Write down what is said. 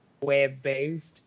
web-based